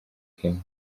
kenya